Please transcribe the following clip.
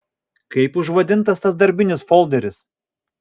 kaip užvadintas tas darbinis folderis